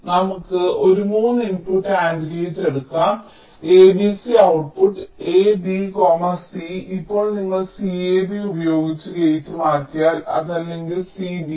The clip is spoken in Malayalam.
നമുക്ക് ഒരു 3 ഇൻപുട്ട് AND ഗേറ്റ് എടുക്കാം ABC ഔട്ട്പുട്ട് AB C ഇപ്പോൾ നിങ്ങൾ CAB ഉപയോഗിച്ച് ഗേറ്റ് മാറ്റിയാൽ അത് അല്ലെങ്കിൽ C B A